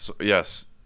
Yes